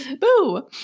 Boo